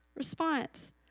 response